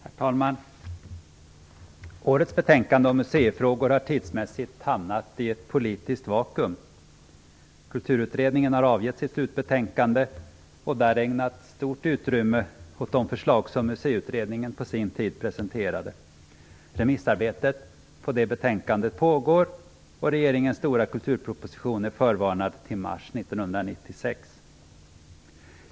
Herr talman! Årets betänkande om museifrågor har tidsmässigt hamnat i ett politiskt vakuum. Kulturutredningen har avgivit sitt slutbetänkande och där ägnat stort utrymme åt de förslag som Museiutredningen på sin tid presenterade. Remissarbetet pågår, och regeringens stora kulturproposition är förvarnad till mars 1996.